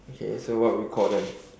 okay so what would we call them